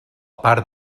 part